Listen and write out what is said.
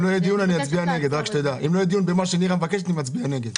אם לא יהיה דיון במה שנירה מבקשת, אני אצביע נגד.